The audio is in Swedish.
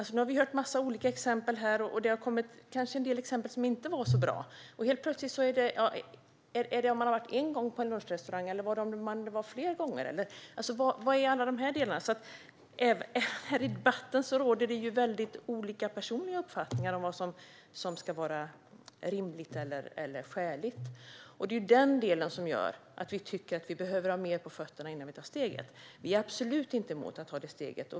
Vi har fått höra en mängd olika exempel här, och det har kanske kommit en del exempel som inte var så bra - handlar det om att man en gång varit på en viss lunchrestaurang, har man varit där flera gånger och så vidare? Här i debatten råder det olika personliga uppfattningar om vad som är rimligt eller skäligt. Det är detta som gör att vi tycker att vi behöver ha mer på fötterna innan vi fattar beslut. Vi är absolut inte emot att ta detta steg.